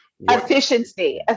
Efficiency